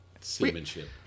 Seamanship